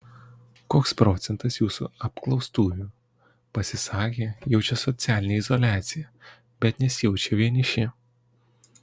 koks procentas jūsų apklaustųjų pasisakė jaučią socialinę izoliaciją bet nesijaučią vieniši